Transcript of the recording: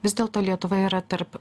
vis dėlto lietuva yra tarp